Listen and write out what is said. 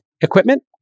equipment